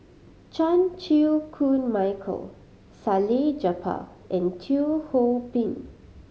Chan Chew Koon Michael Salleh Japar and Teo Ho Pin